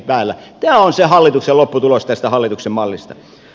tämä on se hallituksen lopputulos tästä hallituksen mallista